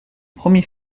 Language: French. premier